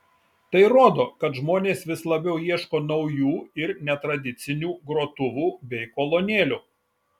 tai rodo kad žmonės vis labiau ieško naujų ir netradicinių grotuvų bei kolonėlių